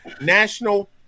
National